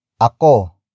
Ako